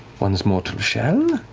one's mortal shell,